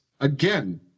again